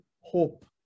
hope